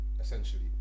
Essentially